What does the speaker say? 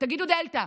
תגידו דלתא,